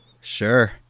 Sure